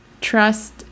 trust